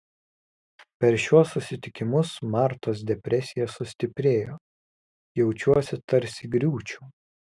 per šiuos susitikimus martos depresija sustiprėjo jaučiuosi tarsi griūčiau